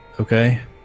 Okay